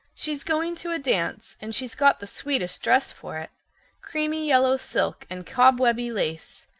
she's going to a dance, and she's got the sweetest dress for it creamy yellow silk and cobwebby lace.